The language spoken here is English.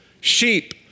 sheep